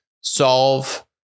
solve